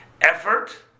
effort